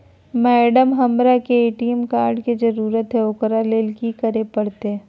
Madam, हमरा के ATM card के जरूरत है ऊकरा ले की की करे परते?